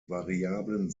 variablen